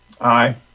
Aye